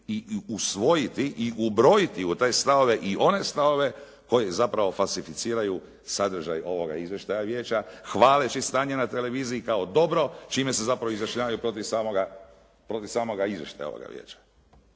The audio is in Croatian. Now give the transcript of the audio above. i usvojiti i ubrojiti te stavove i one stavove koji zapravo falsificiraju sadržaj ovoga izvještaja vijeća hvaleći stanje na televiziji kao dobro čime se zapravo izjašnjavaju protiv samoga izvještaja ovoga vijeća.